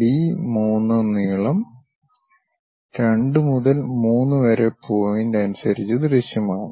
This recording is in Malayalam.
ബി 3 നീളം 2 മുതൽ 3 വരെ പോയിന്റ് അനുസരിച്ച് ദൃശ്യമാണ്